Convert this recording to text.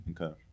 Okay